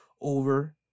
over